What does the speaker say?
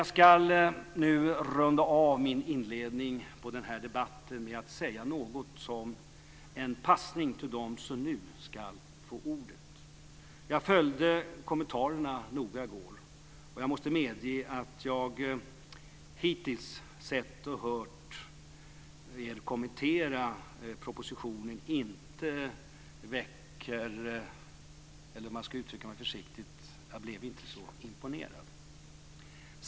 Jag ska nu runda av min inledning av debatten med att säga något som är en passning till dem som nu få ordet. Jag följde kommentarerna noga i går. Jag blir inte så imponerad av det jag hittills har sett och hört av era kommentarer, om jag ska uttrycka mig försiktigt.